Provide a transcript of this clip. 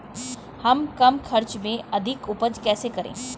हम कम खर्च में अधिक उपज कैसे करें?